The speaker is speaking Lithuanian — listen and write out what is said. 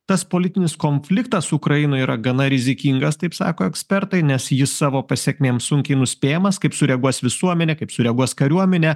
tas politinis konfliktas ukrainoj yra gana rizikingas taip sako ekspertai nes jis savo pasekmėm sunkiai nuspėjamas kaip sureaguos visuomenė kaip sureaguos kariuomenė